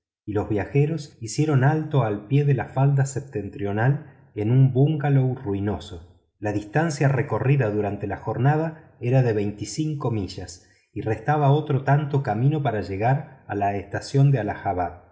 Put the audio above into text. los viajeros hicieron alto al pie de la falda septentrional en un bungalow ruinoso la distancia recorrida durante la jornada era de veinticinco millas y restaba otro tanto camino para llegar a la estación de